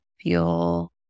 feel